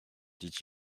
dit